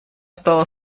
стала